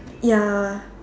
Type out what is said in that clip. ya